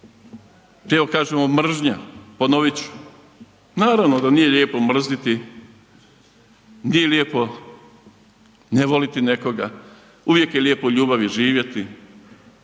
kažemo mržnja, ponovit ću naravno da nije lijepo mrziti, nije lijepo ne voliti nekoga uvijek je lijepo u ljubavi živjeti.